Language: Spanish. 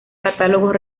catálogos